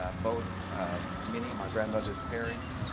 ah both minnie my grandmother's parents,